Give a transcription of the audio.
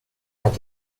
agile